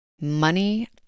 money